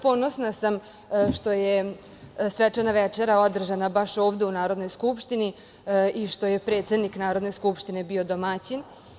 Ponosna sam što je svečana večera održana baš ovde u Narodnoj skupštini i što je predsednik Narodne skupštine bio domaćin.